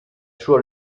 suo